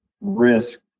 risk